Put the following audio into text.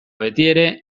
betiere